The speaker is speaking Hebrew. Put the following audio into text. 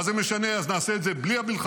מה זה משנה, אז נעשה את זה בלי המלחמה.